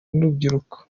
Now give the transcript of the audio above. n’urubyiruko